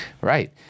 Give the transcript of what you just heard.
right